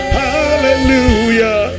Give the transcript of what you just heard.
hallelujah